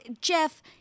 Jeff